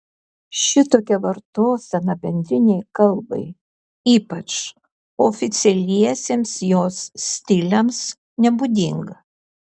šitokia vartosena bendrinei kalbai ypač oficialiesiems jos stiliams nebūdinga